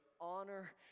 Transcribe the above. honor